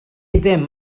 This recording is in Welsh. ddim